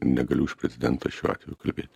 negaliu už prezidentą šiuo atveju kalbėti